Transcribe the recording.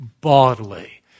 bodily